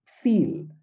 feel